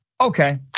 Okay